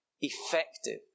effective